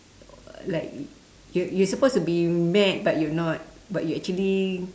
like you're you're supposed to be mad but you're not but you actually